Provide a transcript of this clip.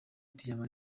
diyama